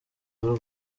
y’u